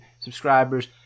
subscribers